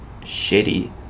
Shitty